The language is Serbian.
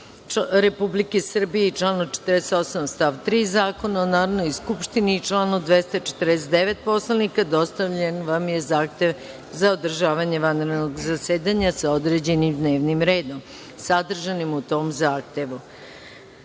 Republike Srbije i članu 48. stav 3. Zakona o Narodnoj skupštini i članu 249. Poslovnika, dostavljen vam je zahtev za održavanje vanrednog zasedanja sa određenim dnevnim redom sadržanim u tom zahtevu. Kao